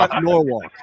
Norwalk